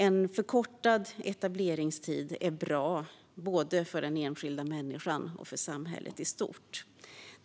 En förkortad etableringstid är bra både för den enskilda människan och för samhället i stort.